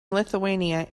lithuania